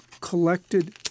collected